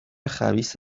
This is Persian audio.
خبیث